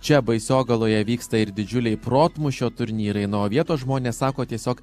čia baisogaloje vyksta ir didžiuliai protmūšio turnyrai nu o vietos žmonės sako tiesiog